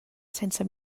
sense